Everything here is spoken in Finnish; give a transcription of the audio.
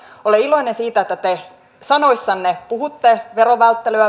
olen iloinen siitä että te sanoissanne puhutte verovälttelyä